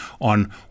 on